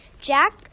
Jack